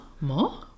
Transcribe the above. more